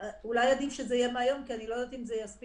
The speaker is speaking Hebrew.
אולי עדיף שזה יהיה מהיום כי אני לא יודעת אם נספיק